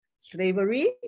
Slavery